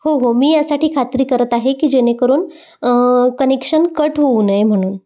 हो हो मी यासाठी खात्री करत आहे की जेणेकरून कनेक्शन कट होऊ नये म्हणून